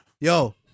Yo